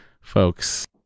folks